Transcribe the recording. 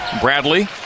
Bradley